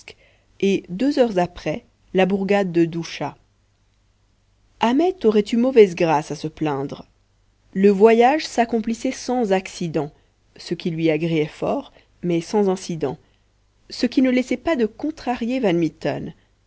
et deux heures après la bourgade de ducha ahmet aurait eu mauvaise grâce à se plaindre le voyage s'accomplissait sans accidents ce qui lui agréait fort mais sans incidents ce qui ne laissait pas de contrarier